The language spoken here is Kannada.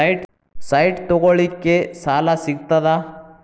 ಸೈಟ್ ತಗೋಳಿಕ್ಕೆ ಸಾಲಾ ಸಿಗ್ತದಾ?